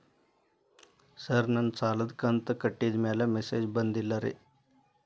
sir ನನ್ನ ಸಾಲದ ಕಂತು ಕಟ್ಟಿದಮೇಲೆ ಮೆಸೇಜ್ ಬಂದಿಲ್ಲ ರೇ